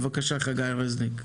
בבקשה, חגי רזניק.